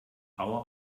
hour